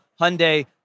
Hyundai